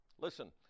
Listen